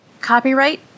Copyright